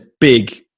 big